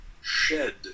shed